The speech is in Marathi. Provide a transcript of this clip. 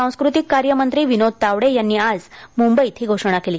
सांस्कृतिक कार्य मंत्री विनोद तावडे यांनी आज मुंबईत ही घोषणा केली